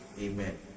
Amen